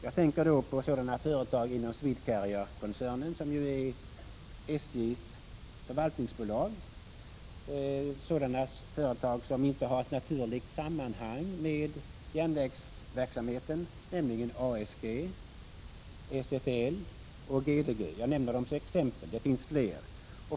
Jag tänker då på sådana företag inom SwedCarrierkoncernen — SJ:s förvaltningsbolag —som inte har ett naturligt samband med järnvägsverksamheten, nämligen ASG, SFL och GDG. Jag nämner dem som exempel; det finns flera.